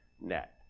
net